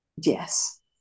yes